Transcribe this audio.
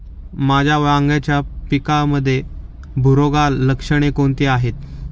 माझ्या वांग्याच्या पिकामध्ये बुरोगाल लक्षणे कोणती आहेत?